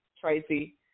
Tracy